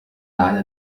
على